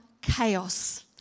chaos